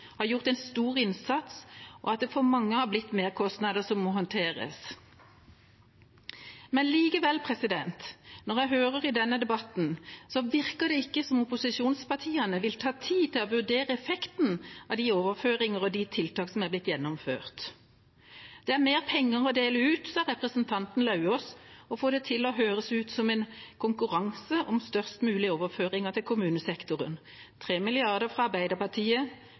har gjort en stor innsats, og at det for mange er blitt merkostnader som må håndteres. Men likevel: Når jeg hører på denne debatten, virker det ikke som om opposisjonspartiene vil ta seg tid til å vurdere effekten av de overføringer og de tiltak som er blitt gjennomført. Det er mer penger å dele ut, sa representanten Lauvås og får det til å høres ut som en konkurranse om størst mulig overføringer til kommunesektoren – 3 mrd. kr fra Arbeiderpartiet,